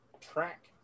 track